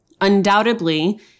undoubtedly